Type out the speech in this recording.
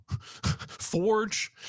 forge